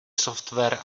software